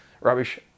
Rubbish